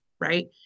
right